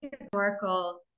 historical